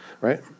right